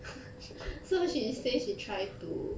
so she say she try to